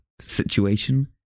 situation